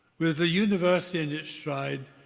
with the university in its stride,